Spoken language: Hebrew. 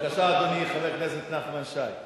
בבקשה, אדוני, חבר הכנסת נחמן שי.